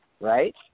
right